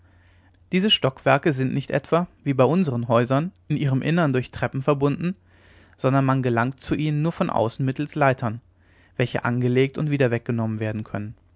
diese stockwerke sind nicht etwa wie bei unsern häusern in ihrem innern durch treppen verbunden sondern man gelangt zu ihnen nur von außen mittelst leitern welche angelegt und wieder weggenommen werden können